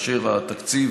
והתקציב